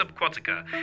Subquatica